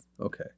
Okay